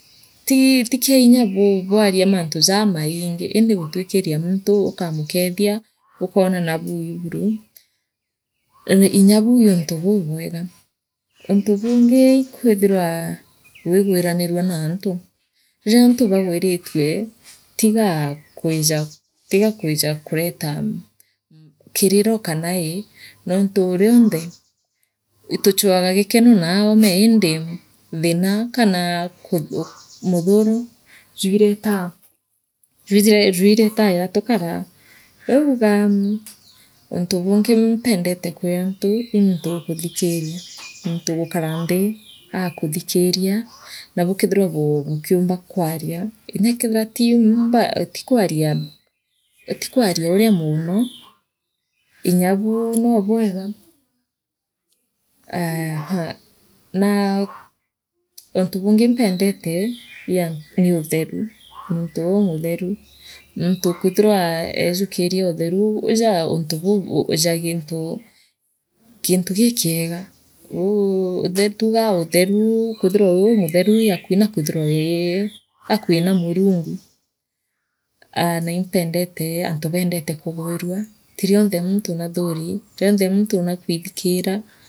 Ti ti kia inya bu bwaria mantu jamainngi indi gutukwiria muntu ukamukethia ukoona nabui buru i inyaa buu niuntu buubwega untu bungi kwithira wiigwiranirua naantu riri antu baagwiritue tiga kwija kureta mmh kiriro kana ii nontu rionthe tuchwaaga gikeno naa oume indi thina ka kana ku muthuro jwiretaa jwiretaa yatukaa baa riu ugaa untu bungi mpendete kwi antu ii muntu ukuthikiria muntu ugukaranthii aaakuthikiria na bukeethirwa bu bukiumba kwaria nya kethirwa tii mba ti kwarie ti kwaria uria moono nyabu noo bwega aa ha naa untu bungi mpendete ia niutheru muntu umutheru muntu ukwithirwa enjukiria utheru jaa untu buubu ja gintu gintu gikiega uu tha tugaa utheru kwithira wii umutheru ii akui na kwithirwa uriakui na Murungu aa naaimpendete antu beendete kugwira ti rionthe muntu naathuri rionthe muntu naakwithikiraa.